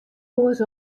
oars